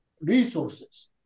resources